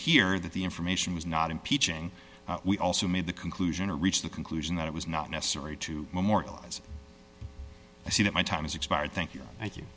here that the information was not impeaching we also made the conclusion to reach the conclusion that it was not necessary to memorialize i see that my time has expired thank you thank you